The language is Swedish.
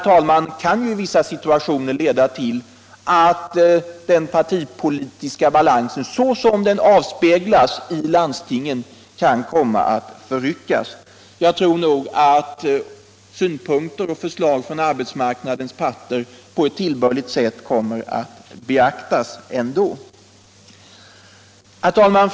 Detta kunde i vissa situationer leda till att den partipolitiska balansen, som den avspeglas i landstingen, skulle komma att förryckas. Jag tror att synpunkterna och förslagen från arbetsmarknadens parter i framtiden ändå kommer att beaktas på ett tillbörligt sätt. Herr talman!